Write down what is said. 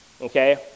okay